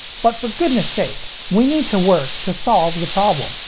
but for goodness sake, we need to work to solve the problem.